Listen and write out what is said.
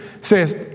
says